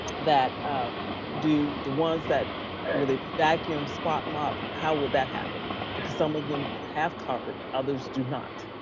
that do the ones that will they be vacuumed, spot mopped, how will that happen? because some of them have carpet, others do not.